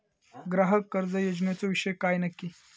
ग्राहक कर्ज योजनेचो विषय काय नक्की?